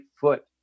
foot